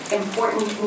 important